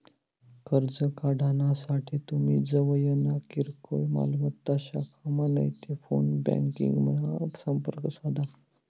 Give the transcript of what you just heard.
कर्ज काढानासाठे तुमी जवयना किरकोय मालमत्ता शाखामा नैते फोन ब्यांकिंगमा संपर्क साधा